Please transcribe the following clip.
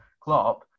Klopp